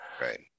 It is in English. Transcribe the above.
right